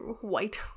white